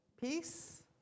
peace